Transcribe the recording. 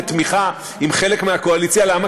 האופוזיציה בתמיכה, עם חלק מהקואליציה, למה?